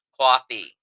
Coffee